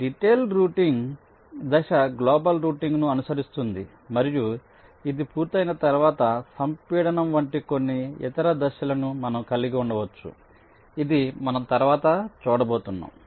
detailed routing దశ global రౌటింగ్ను అనుసరిస్తుంది మరియు ఇది పూర్తయిన తర్వాత సంపీడనం వంటి కొన్ని ఇతర దశలను మనం కలిగి ఉండవచ్చు ఇది మనం తరువాత చూడబోతున్నాం